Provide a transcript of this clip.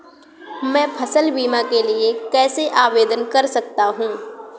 मैं फसल बीमा के लिए कैसे आवेदन कर सकता हूँ?